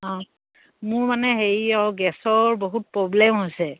অঁ মোৰ মানে হেৰি অঁ গেছৰ বহুত প্ৰব্লেম হৈছে